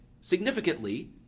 significantly